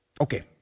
Okay